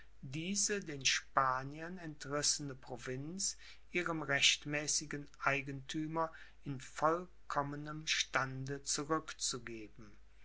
diese den spaniern entrissene provinz ihrem rechtmäßigen eigentümer in vollkommenem stande zurückzugeben